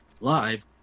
live